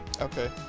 Okay